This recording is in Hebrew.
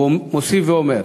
הוא מוסיף ואומר: